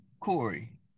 Corey